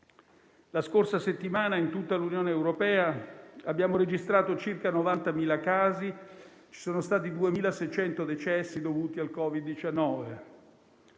La scorsa settimana in tutta l'Unione europea abbiamo registrato circa 90.000 casi e ci sono stati 2.600 decessi dovuti al Covid-19.